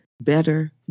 better